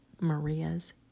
Maria's